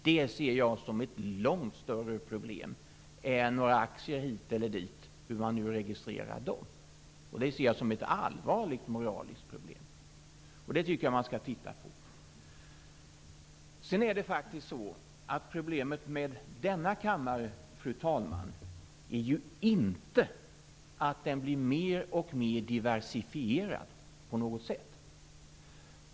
Det ser jag som ett långt större problem än hur man registrerar några aktier hit eller dit. Det ser jag som ett allvarligt moraliskt problem, och det tycker jag att man skall titta på. Problemet med denna kammare, fru talman, är inte att den blir mer och mer diversifierad på något sätt.